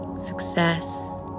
success